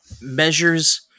Measures –